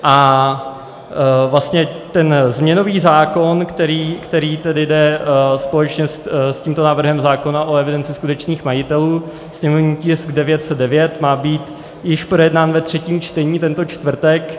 A vlastně ten změnový zákon, který tedy jde společně s tímto návrhem zákona o evidenci skutečných majitelů, sněmovní tisk 909, má být již projednán ve třetím čtení tento čtvrtek.